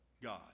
God